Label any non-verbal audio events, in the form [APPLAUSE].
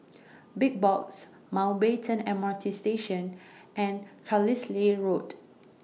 [NOISE] Big Box Mountbatten M R T Station and Carlisle Road